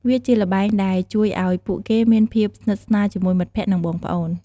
វាជាល្បែងដែលជួយឱ្យពួកគេមានភាពស្និទ្ធស្នាលជាមួយមិត្តភក្តិ និងបងប្អូន។